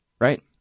right